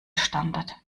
standard